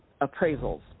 Appraisals